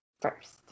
first